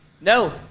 No